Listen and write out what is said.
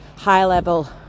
high-level